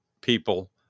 people